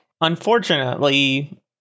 unfortunately